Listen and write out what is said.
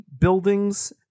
buildings